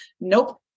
nope